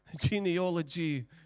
genealogy